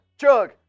Chug